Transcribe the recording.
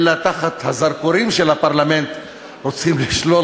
אלא תחת הזרקורים של הפרלמנט רוצים לשלול